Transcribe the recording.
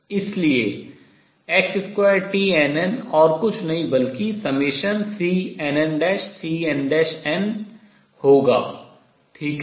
इसलिए x2tnn और कुछ नहीं बल्कि ∑CnnCnn होगा ठीक है